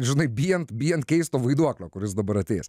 žinai bijant bijant keisto vaiduoklio kuris dabar ateis